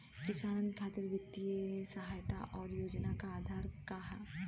किसानन खातिर वित्तीय सहायता और योजना क आधार का ह?